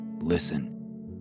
Listen